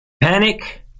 Panic